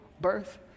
birth